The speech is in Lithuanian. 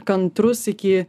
kantrus iki